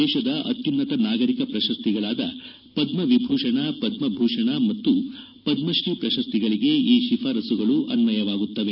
ದೇಶದ ಅತ್ಯುನ್ನತ ನಾಗರಿಕ ಪ್ರಶಸ್ತಿಗಳಾದ ಪದ್ಮ ವಿಭೂಷಣ ಪದ್ಮ ಭೂಷಣ ಮತ್ತು ಪದ್ಮಶ್ರೀ ಪ್ರಶಸ್ತಿಗಳಗೆ ಈ ಶಿಫಾರಸ್ಸುಗಳು ಅನ್ವಯವಾಗುತ್ತವೆ